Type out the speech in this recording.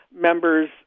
members